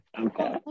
Okay